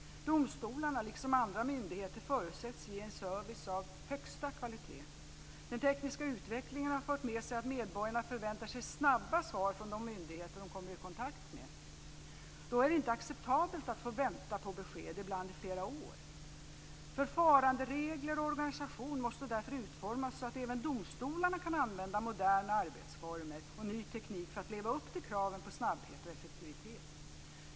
Domstolarna, liksom andra myndigheter, förutsätts ge en service av högsta kvalitet. Den tekniska utvecklingen har fört med sig att medborgarna förväntar sig snabba svar från de myndigheter de kommer i kontakt med. Då är det inte acceptabelt att få vänta på besked, ibland i flera år. Förfaranderegler och organisation måste därför utformas så att även domstolarna kan använda moderna arbetsformer och ny teknik för att leva upp till kraven på snabbhet och effektivitet.